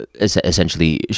essentially